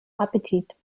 appetit